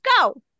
go